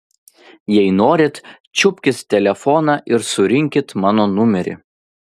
jei norit čiupkit telefoną ir surinkit mano numerį